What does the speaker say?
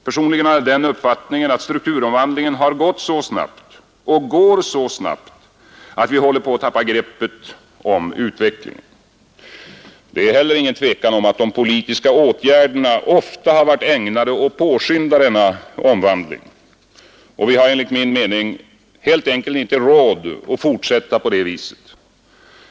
Personligen har jag den uppfattningen att strukturomvandlingen har gått så snabbt och går så snabbt att vi håller på att tappa greppet om utvecklingen. Det är heller inget tvivel om att de politiska åtgärderna ofta har varit ägnade att påskynda denna omvandling. Vi har enligt min mening helt enkelt inte råd att fortsätta på det viset.